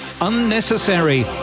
unnecessary